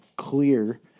clear